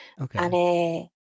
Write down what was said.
Okay